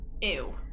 Ew